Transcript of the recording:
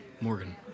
Morgan